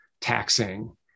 taxing